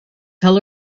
tell